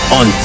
on